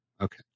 okay